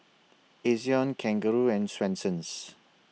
Ezion Kangaroo and Swensens